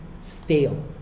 stale